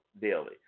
daily